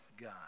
God